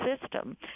system